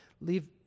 leave